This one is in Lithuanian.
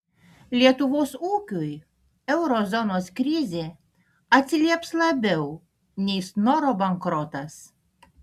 lietuvos ūkiui euro zonos krizė atsilieps labiau nei snoro bankrotas